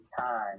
time